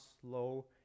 slow